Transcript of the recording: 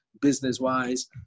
business-wise